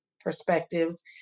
perspectives